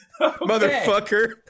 Motherfucker